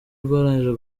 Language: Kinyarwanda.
rwarangije